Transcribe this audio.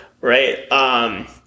Right